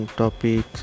topic